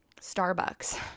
Starbucks